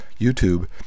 YouTube